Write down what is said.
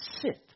sit